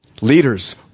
Leaders